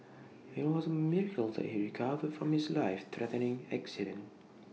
IT was A miracle that he recovered from his life threatening accident